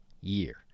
year